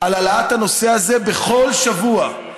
על העלאת הנושא הזה בכל שבוע,